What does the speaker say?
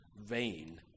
vain